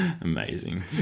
Amazing